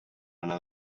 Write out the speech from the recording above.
anar